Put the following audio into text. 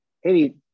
hey